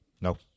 No